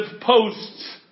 posts